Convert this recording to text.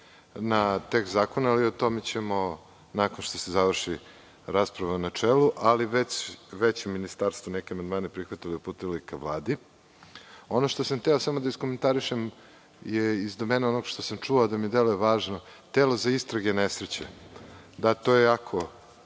na tekst zakona, ali o tome ćemo nakon što se završi rasprava u načelu. Znači, već su u Ministarstvu neke amandmane prihvatili i uputili ka Vladi. Ono što sam hteo da iskomentarišem je iz domena onog što sam čuo, a da mi deluje važno – telo za istrage nesreće. Da, to je jako